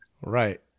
right